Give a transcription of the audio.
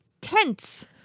tense